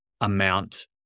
amount